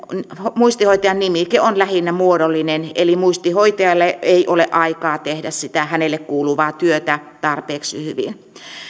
muistihoitajan nimike on lähinnä muodollinen eli muistihoitajalla ei ole aikaa tehdä sitä hänelle kuuluvaa työtä tarpeeksi hyvin